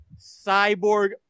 Cyborg